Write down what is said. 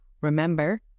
Remember